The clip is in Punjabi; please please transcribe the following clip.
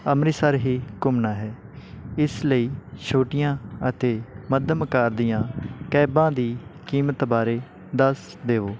ਅੰਮ੍ਰਿਤਸਰ ਹੀ ਘੁੰਮਣਾ ਹੈ ਇਸ ਲਈ ਛੋਟੀਆਂ ਅਤੇ ਮੱਧਮ ਕਾਰ ਦੀਆਂ ਕੈਬਾਂ ਦੀ ਕੀਮਤ ਬਾਰੇ ਦੱਸ ਦੇਵੋ